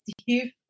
Steve